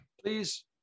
please